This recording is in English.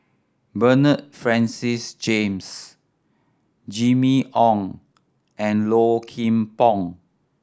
Bernard Francis James Jimmy Ong and Low Kim Pong